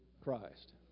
Christ